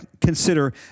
consider